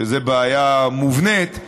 שזו בעיה מובנית,